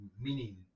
meaning